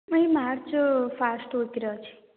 ମୁଁ ଏଇ March first ୱିକ୍ରେ ଅଛି